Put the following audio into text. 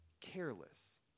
careless